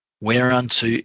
whereunto